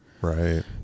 right